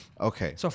Okay